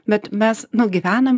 bet mes nugyvenam